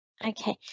Okay